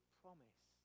promise